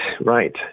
right